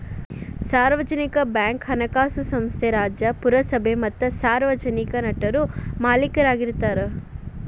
ಸಾರ್ವಜನಿಕ ಬ್ಯಾಂಕ್ ಹಣಕಾಸು ಸಂಸ್ಥೆ ರಾಜ್ಯ, ಪುರಸಭೆ ಮತ್ತ ಸಾರ್ವಜನಿಕ ನಟರು ಮಾಲೇಕರಾಗಿರ್ತಾರ